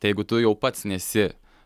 tai jeigu tu jau pats nesi